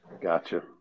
Gotcha